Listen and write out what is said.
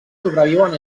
sobreviuen